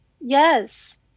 Yes